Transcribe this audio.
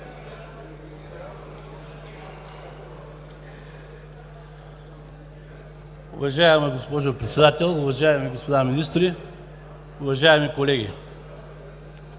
Уважаема госпожо Председател, уважаеми господа министри, дами и